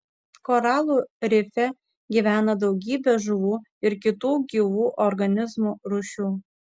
koralų rife gyvena daugybė žuvų ir kitų gyvų organizmų rūšių